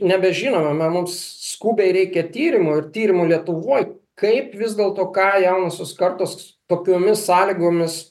nebežinome na mums skubiai reikia tyrimų ir tyrimų lietuvoj kaip vis dėlto ką jaunosios kartos tokiomis sąlygomis